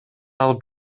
алып